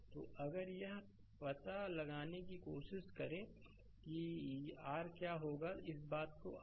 तो अगर यह पता लगाने की कोशिश करें कि आर क्या होगा इस बात को i1